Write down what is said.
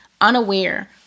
unaware